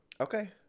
Okay